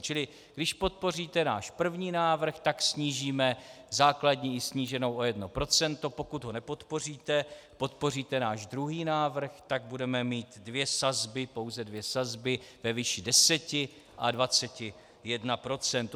Čili když podpoříte náš první návrh, tak snížíme základní sníženou o 1 %, pokud ho nepodpoříte, podpoříte náš druhý návrh, tak budeme mít pouze dvě sazby ve výši 10 a 21 %.